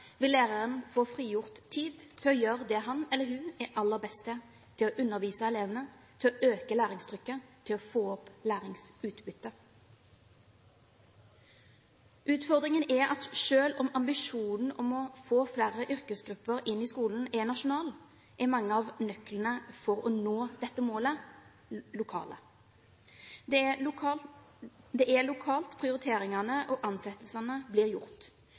vil læreren få frigjort tid til å gjøre det han eller hun er aller best til – til å undervise elevene, til å øke læringstrykket, til å få opp læringsutbyttet. Utfordringen er at selv om ambisjonen om å få flere yrkesgrupper inn i skolen er nasjonal, er mange av nøklene for å nå dette målet lokale. Det er lokalt prioriteringene og ansettelsene blir gjort. Det er lokalt